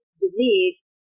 disease